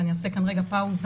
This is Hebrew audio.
אני אעשה כאן רגע הפסקה,